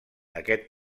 aquest